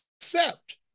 accept